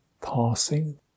passing